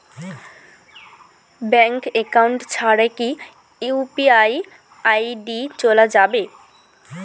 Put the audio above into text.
Bank account ছাড়া কি UPI ID চোলা যাবে?